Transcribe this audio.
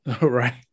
right